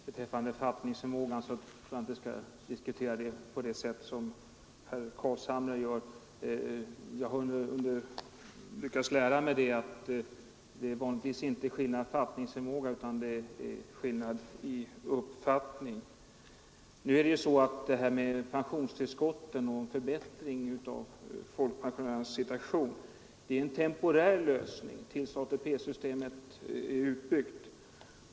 Herr talman! Fattningsförmåga tror jag inte att vi skall diskutera på det sätt som herr Carlshamre gör. Jag har lyckats lära mig att det vanligtvis inte är fråga om skillnad i fattningsförmåga utan skillnad i uppfattning. Detta med pensionstillskotten och en förbättring av folkpensionärernas situation är en temporär lösning tills ATP-systemet är utbyggt.